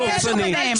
אתה דורסני.